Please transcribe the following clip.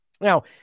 Now